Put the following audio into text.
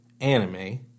anime